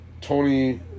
Tony